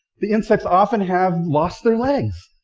the insects often have lost their legs.